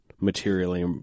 materially